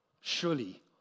Surely